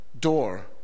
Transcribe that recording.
door